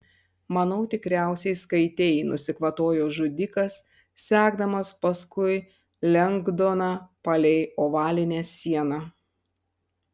manau tikriausiai skaitei nusikvatojo žudikas sekdamas paskui lengdoną palei ovalinę sieną